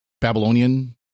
Babylonian